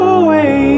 away